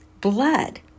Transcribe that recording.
blood